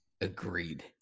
Agreed